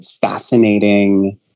fascinating